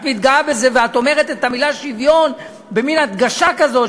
את מתגאה בזה ואומרת את המילה שוויון במין הדגשה כזאת,